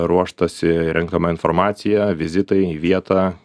ruoštasi renkama informacija vizitai į vietą